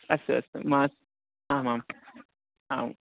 अस्तु अस्तु मास् आमाम् आं